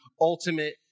ultimate